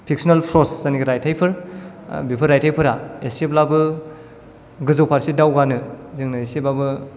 फिक्स'नेल फ्रस जोंनि रायथायफोर बेफोर रायथायफोरा एसेब्लाबो गोजौ फारसे दावगानो जोंनो एसेब्लाबो